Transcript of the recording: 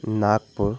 Nagpur